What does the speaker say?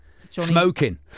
smoking